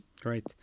Great